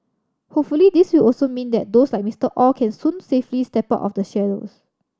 hopefully this will also mean that those like Mister Aw can soon safely step out of the shadows